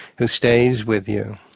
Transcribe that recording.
who stays with you,